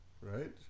Right